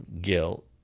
guilt